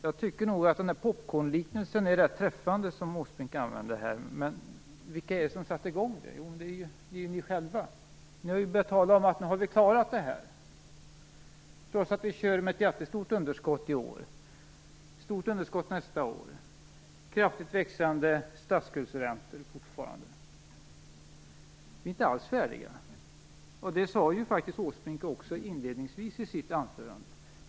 Jag tycker att popcornliknelsen som Erik Åsbrink använde är rätt träffande. Men vilka är det som sätter i gång detta? Jo, det är socialdemokraterna själva. De börjar nu tala om att "nu har vi klarat det här", trots att vi kör med ett jättestort underskott i år, och ett stort underskott även nästa år. Vi har fortfarande kraftigt växande statsskuldsräntor. Vi är inte alls färdiga. Det sade faktiskt också Erik Åsbrink inledningsvis i sitt anförande.